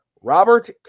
Robert